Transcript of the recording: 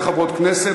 של שתי חברות כנסת,